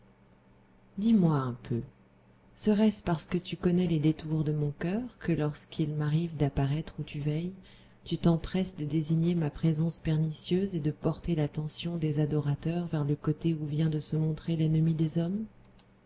dis-moi un peu serait-ce parce que tu connais les détours de mon coeur que lorsqu'il m'arrive d'apparaître où tu veilles tu t'empresses de désigner ma présence pernicieuse et de porter l'attention des adorateurs vers le côté où vient de se montrer l'ennemi des hommes